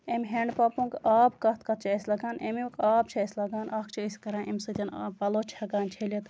اَمہِ ہینڈ پَمپُک آب کَتھ کَتھ چھُ اَسہِ لَگان اَمیُک آب چھُ اَسہِ لَگان اکھ چھِ أسۍ کران اَمہِ سۭتۍ پَلو چھِ ہٮ۪کان چھٔلِتھ